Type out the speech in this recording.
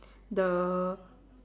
the